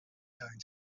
going